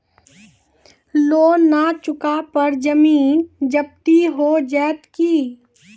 Loan न चुका पर जमीन जब्ती हो जैत की?